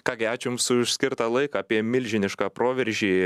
ką gi ačiū jums už skirtą laiką apie milžinišką proveržį